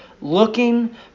looking